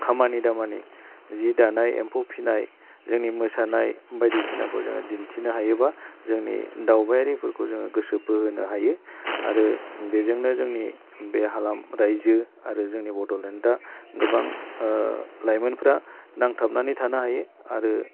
खामानि दामानि जि दानाय एम्फौ फिसिनाय जोंनि मोसानाय बायदिसिनाखौ जोङो दिन्थिनो हायोबा जोंनि दावबायारिफोरखौ जोङो गोसो बोहोनो हायो आरो बेजोंनो जोंनि बे हालाम राज्यो आरो जोंनि बड'लेण्डआ गोबां लाइमोनफोरा नांथाबनानै थानो हायो आरो